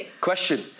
Question